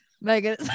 Megan